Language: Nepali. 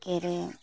के अरे